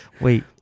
Wait